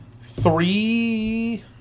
three